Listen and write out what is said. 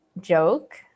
joke